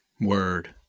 Word